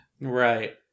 Right